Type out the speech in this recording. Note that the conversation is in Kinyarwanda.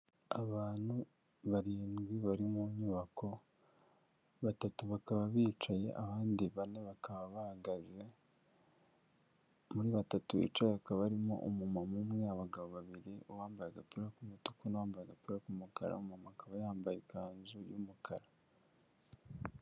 Abantu barindwi bari mu nyubako, batatu bakaba bicaye abandi bane bakaba bahagaze, muri batatu bicaye hakaba harimo umumama umwe, abagabo babiri uwambaye agapira k'umutuku n'uwambaye agapira k'umukara, umumama akaba yambaye ikanzu y'umukara.